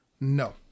No